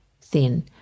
thin